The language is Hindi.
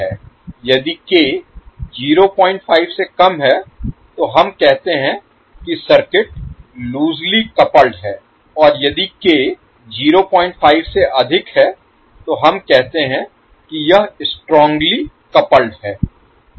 यदि k 05 से कम है तो हम कहते हैं कि सर्किट लूसली कपल्ड है और यदि k 05 से अधिक है तो हम कहते हैं कि यह स्ट्रॉन्ग्ली कपल्ड है